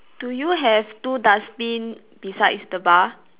do you have two dustbin besides the bar